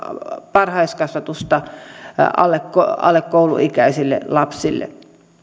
varhaiskasvatusta alle kouluikäisille lapsille